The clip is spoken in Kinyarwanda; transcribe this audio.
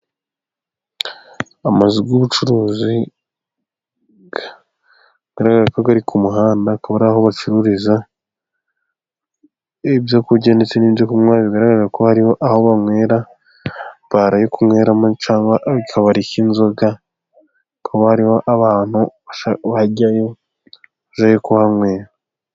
Amazu y'ubucuruzi agaragara ko ari ku muhanda akaba ari aho bacururiza ibyo kurya, ndetse n'ibyo kunywa bikaba bigaragara ko hari aho banywera. Bare yo kunyweramo cyangwa akabari k'inzoga, hakaba hari abantu bajyayo kuhanywera.